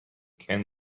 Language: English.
can